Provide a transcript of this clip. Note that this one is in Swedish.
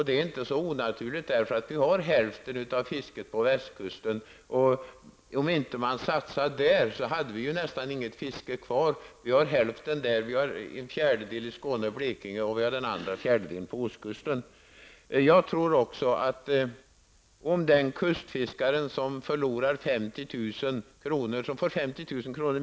Det är inte så onaturligt, eftersom hälften av fisket finns på västkusten, och om man inte satsade där skulle det nästan inte finnas något fiske kvar. Hälften av fisket finns där, en fjärdedel i Skåne och Blekinge och en fjärdedel på ostkusten. Jag tror att den kustfiskare som får 50 000 kr.